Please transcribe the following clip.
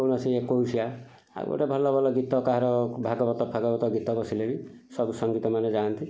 କୌଣସି ଏକୋଇଶିଆ ଆଉ ଗୋଟେ ଭଲ ଭଲ ଗୀତ କାହାର ଭାଗବତ ଫାଗବତ ଗୀତ ବସିଲେ ବି ସବୁ ସଙ୍ଗୀତ ମାନେ ଯାଆନ୍ତି